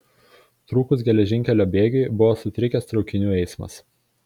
trūkus geležinkelio bėgiui buvo sutrikęs traukinių eismas